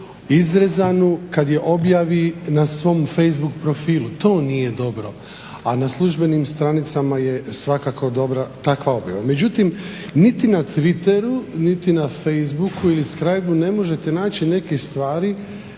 izrezanu kada je objavi na svojem facebook profilu. To nije dobro. A na službenim stranicama je svakako dobra takva objava. Međutim niti na twiteru niti na facebooku ili skyba-u ne možete naći neke stvari